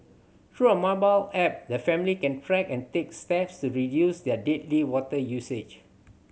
through a mobile app the family can track and take steps to reduce their daily water usage